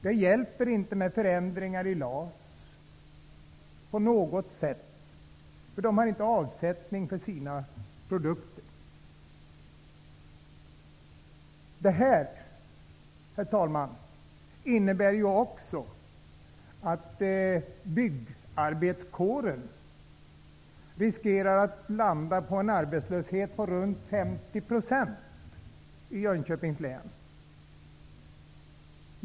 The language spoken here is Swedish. Det hjälper inte med förändringar i LAS på något sätt, för de har inte avsättning för sina produkter. Det här, herr talman, innebär också att byggarbetarkåren riskerar en arbetslöshet på runt 50 % i Jönköpings län.